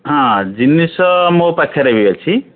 ହଁ ଜିନିଷ ମୋ ପାଖରେ ବି ଅଛି